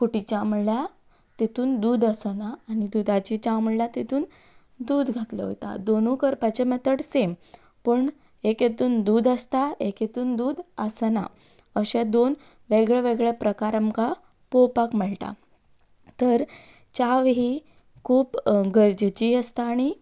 खूटी च्या म्हणल्यार तितून दूद आसना आनी दुदाची च्या म्हणल्यार तातून दूद घातलो वता दोनूय करपाचें मॅतड सेम पूण एक हातून दूद आसता एक हातून दूद आसना अशे दोन वेगळे वेगळे प्रकार आमकां पळोवपाक मेळटा तर च्या ही खूब गरजेची आसता आनी